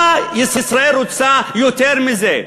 מה ישראל רוצה יותר מזה?